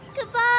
Goodbye